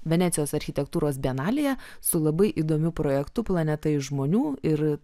venecijos architektūros bienalėje su labai įdomiu projektu planeta iš žmonių ir